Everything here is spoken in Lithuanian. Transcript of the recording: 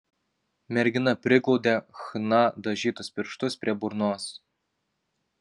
mergina priglaudė chna dažytus pirštus prie burnos